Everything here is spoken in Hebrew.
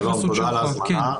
שלום, תודה על ההזמנה.